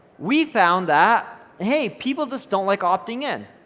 we found that, hey, people just don't like opting in.